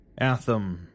Atham